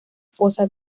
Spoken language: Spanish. fosa